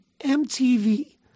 MTV